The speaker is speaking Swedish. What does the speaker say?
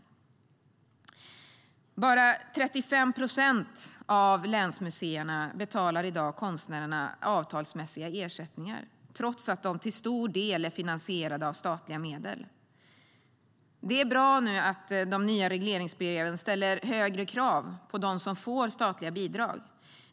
Bara 35 procent av länsmuseerna betalar i dag konstnärerna avtalsmässiga ersättningar, trots att de till stor del är finansierade av statliga medel. Det är bra att de nya regleringsbreven ställer högre krav på dem som får statliga bidrag.